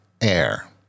Air